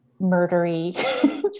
murdery